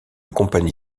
compagnie